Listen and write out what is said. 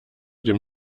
dem